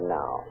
now